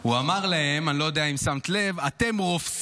הוא אמר להם, אני לא יודע אם שמת לב: אתם רופסים,